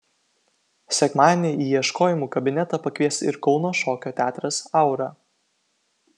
sekmadienį į ieškojimų kabinetą pakvies ir kauno šokio teatras aura